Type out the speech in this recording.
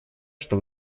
что